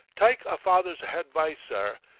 tyke a father's hadvice, sir,